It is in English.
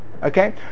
okay